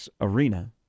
arena